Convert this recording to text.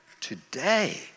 today